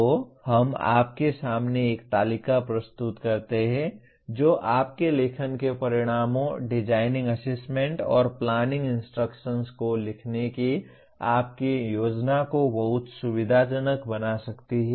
तो हम आपके सामने एक तालिका प्रस्तुत करते हैं जो आपके लेखन के परिणामों डिजाइनिंग असेसमेंट और प्लानिंग इंस्ट्रक्शन्स को लिखने की आपकी योजना को बहुत सुविधाजनक बना सकती है